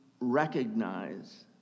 recognize